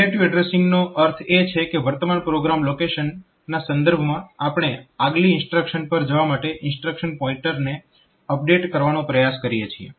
તો relative addressing નો અર્થ એ છે કે વર્તમાન પ્રોગ્રામ લોકેશનના સંદર્ભમાં આપણે આગલી ઇન્સ્ટ્રક્શન પર જવા માટે ઇન્સ્ટ્રક્શન પોઇન્ટર ને અપડેટ કરવાનો પ્રયાસ કરીએ છીએ